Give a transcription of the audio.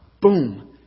Boom